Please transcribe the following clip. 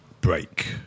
break